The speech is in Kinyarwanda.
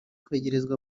kwegerezwa